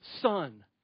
son